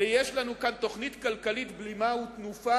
ויש לנו כאן תוכנית כלכלית "בלימה ותנופה",